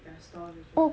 their stall